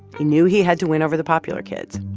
he knew he had to win over the popular kids,